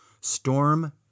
Storm